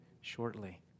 shortly